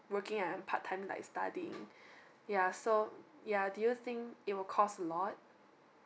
working and part time like studying yeah so yeah do you think it will cost a lot